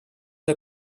the